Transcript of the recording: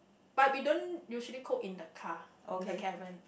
but we don't usually cook in the car the caravan